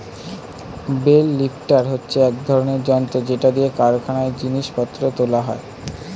bell lifter হচ্ছে এক রকমের যন্ত্র যেটা দিয়ে কারখানায় জিনিস পত্র তোলা হয়